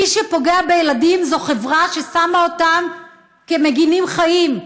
מי שפוגע בילדים זו חברה ששמה אותם כמגינים חיים,